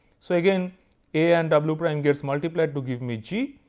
so again, a and w prime gets multiplied to give me g.